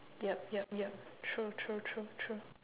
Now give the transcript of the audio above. yup yup yup true true true true